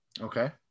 Okay